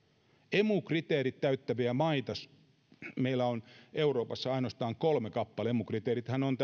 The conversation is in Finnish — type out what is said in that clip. emu kriteerit täyttäviä maita meillä on euroopassa ainoastaan kolme kappaletta emu kriteerithän ovat